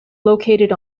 located